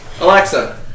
Alexa